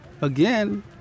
Again